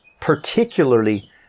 particularly